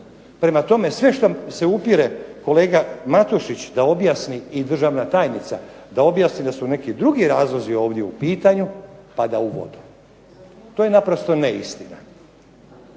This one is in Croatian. Prema tome, sve što se upire kolega Matušić da objasni i državna tajnica da objasni da su neki drugi razlozi ovdje u pitanju, pada u vodu. To je naprosto neistina.